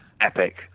epic